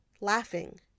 laughing